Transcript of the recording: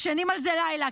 ישנים על זה לילה,